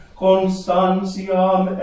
constantiam